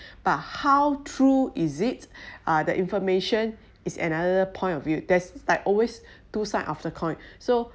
about how true is it uh the information is another point of view there's like always two sides of the coin